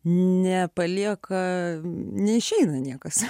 ne palieka neišeina niekas